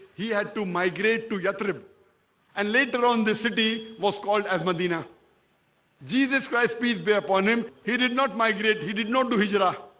he had to migrate to yathrib and later on the city was called as medina jesus christ peace be upon him. he did not migrate. he did not do his rah